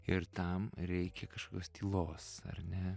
ir tam reikia kažkokios tylos ar ne